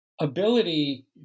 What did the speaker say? ability